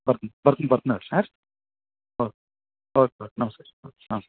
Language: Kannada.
ಬರ್ತೇನೆ ಬರ್ತೇನೆ ಬರ್ತೇನೆ ಏಳ್ರಿ ಹಾಂ ರಿ ಓಕ್ ಓಕ್ ನಮಸ್ಕಾರ ರಿ ನಮಸ್ಕಾರ ಹಾಂ